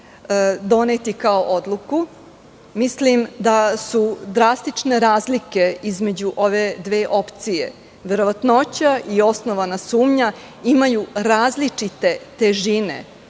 doneti kao odluku. Mislim da su drastične razlike između ove dve opcije. Verovatnoća i osnovana sumnja imaju različite težine